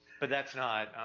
but that's not,